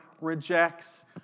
rejects